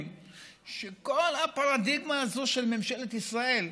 זה שכל הפרדיגמה הזאת של ממשלת ישראל,